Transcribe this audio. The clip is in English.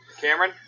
Cameron